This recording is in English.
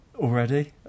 Already